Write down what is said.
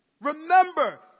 remember